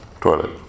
toilet